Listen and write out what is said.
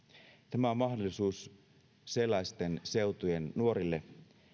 tämä on mahdollisuus sellaisten seutujen nuorille